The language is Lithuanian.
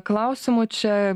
klausimų čia